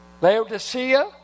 Laodicea